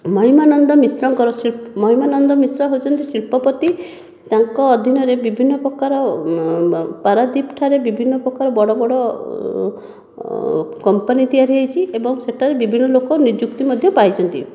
ମହିମା ନନ୍ଦ ମିଶ୍ରଙ୍କର ଶିଳ୍ପ ମହିମା ନନ୍ଦ ମିଶ୍ର ହେଉଛନ୍ତି ଶିଳ୍ପପତି ତାଙ୍କ ଅଧୀନରେ ବିଭିନ୍ନ ପ୍ରକାର ପାରାଦୀପ ଠାରେ ବିଭିନ୍ନ ପ୍ରକାର ବଡ଼ ବଡ଼ କମ୍ପାନୀ ତିଆରି ହୋଇଛି ଏବଂ ସେଠାରେ ବିଭିନ୍ନ ଲୋକ ନିଯୁକ୍ତି ମଧ୍ୟ ପାଇଛନ୍ତି